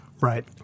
Right